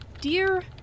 Dear